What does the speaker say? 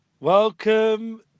Welcome